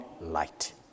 light